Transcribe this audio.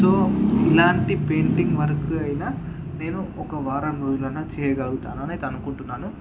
so ఇలాంటి painting work అయినా నేను ఒక వారం రోజుల్లోన చేయగలుగుతాను అని అయితే అనుకుంటున్నాను